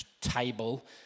table